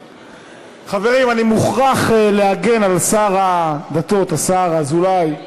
חברים, אני מוכרח להגן על שר הדתות, השר אזולאי,